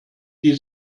die